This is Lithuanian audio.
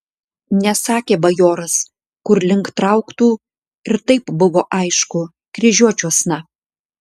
nesakė bajoras kur link trauktų ir taip buvo aišku kryžiuočiuosna